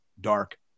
dark